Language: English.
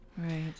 Right